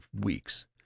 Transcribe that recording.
weeks